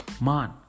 man